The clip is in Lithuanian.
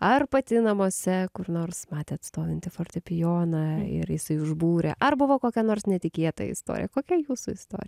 ar pati namuose kur nors matėt stovintį fortepijoną ir jisai užbūrė ar buvo kokia nors netikėta istorija kokia jūsų istorija